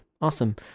awesome